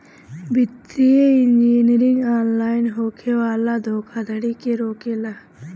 वित्तीय engineering online होखे वाला धोखाधड़ी के रोकेला